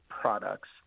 products